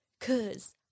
cause